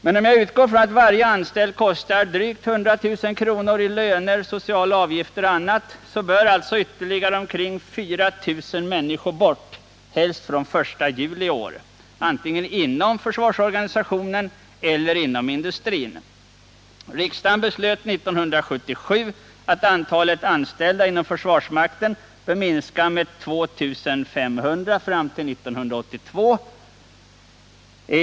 Men om jag utgår från att varje anställd kostar drygt 100 000 kr. i löner, sociala avgifter och annat, så bör alltså ytterligare omkring 4 000 människor bort — helst från den 1 juli i år. Nedskärningen måste ske antingen inom försvaret eller inom industrin. Riksdagen beslöt 1977 att antalet anställda inom försvarsmakten bör minska med 2 500 fram till år 1982.